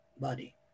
body